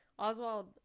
Oswald